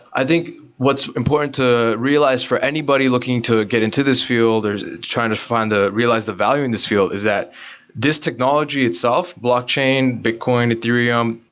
i think what's important to realize for anybody looking to get into this field, they're trying to fund the realize the value in this field is that this technology itself, blockchain, bitcoin, ethereum,